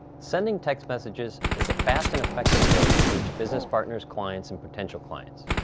sending text messages is a fast and effective way to reach business partners, clients and potential clients,